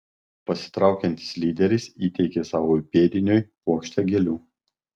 pasitraukiantis lyderis įteikė savo įpėdiniui puokštę gėlių